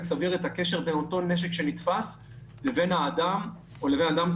סביר את הקשר בין אותו נשק שנתפס לבין אדם ספציפי,